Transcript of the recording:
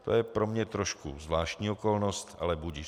To je pro mě trošku zvláštní okolnost, ale budiž.